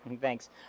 Thanks